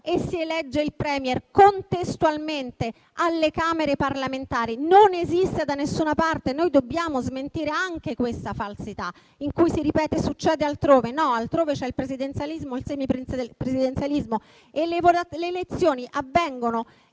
e si elegge il *premier* contestualmente alle Camere parlamentari? Non funziona così da nessuna parte, noi dobbiamo smentire anche questa falsità per cui si ripete che succede altrove. Non è così, perché altrove c'è il presidenzialismo o il semi-presidenzialismo e le elezioni avvengono